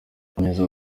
yanzuye